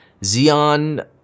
Xeon